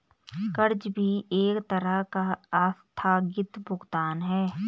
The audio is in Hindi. कर्ज भी एक तरह का आस्थगित भुगतान है